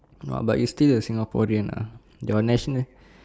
no but you still a singaporean ah your national